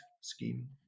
scheme